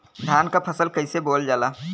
धान क फसल कईसे बोवल जाला?